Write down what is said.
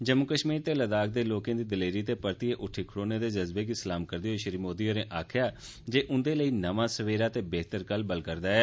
जम्मू कश्मीर ते लद्दाख दे लोकें दी दलेरी ते परतियै उद्दी खड़ोने दे जज़्बे गी सलाम करदे होई श्री मोदी होरें आखेआ जे उंदे लेई नमां सवेरा ते बेहतर कल बलगैश्रदा ऐ